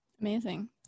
Amazing